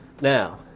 Now